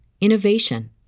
innovation